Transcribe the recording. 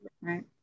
right